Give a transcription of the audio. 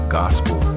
gospel